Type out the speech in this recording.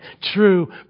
true